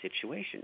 situation